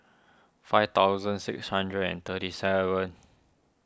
five thousand six hundred and thirty seven